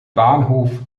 bahnhof